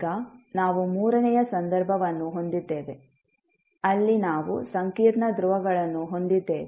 ಈಗ ನಾವು ಮೂರನೆಯ ಸಂದರ್ಭವನ್ನು ಹೊಂದಿದ್ದೇವೆ ಅಲ್ಲಿ ನಾವು ಸಂಕೀರ್ಣ ಧ್ರುವಗಳನ್ನು ಹೊಂದಿದ್ದೇವೆ